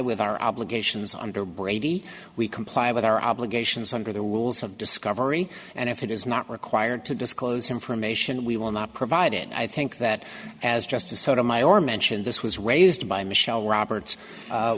with our obligations under brady we comply with our obligations under the rules of discovery and if it is not required to disclose information we will not provide it i think that as justice sotomayor mentioned this was raised by michele roberts